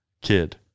kid